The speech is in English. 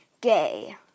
gay